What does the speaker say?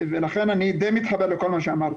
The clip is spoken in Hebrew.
--- ולכן אני די מתחבר לכל מה שאמרת.